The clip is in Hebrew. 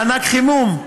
מענק חימום,